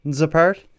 apart